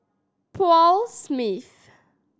Paul Smith